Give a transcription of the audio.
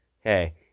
hey